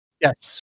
Yes